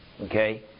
Okay